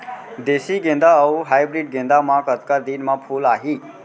देसी गेंदा अऊ हाइब्रिड गेंदा म कतका दिन म फूल आही?